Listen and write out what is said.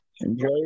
Enjoy